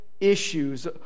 issues